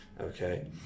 Okay